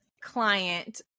client